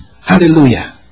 Hallelujah